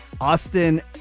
Austin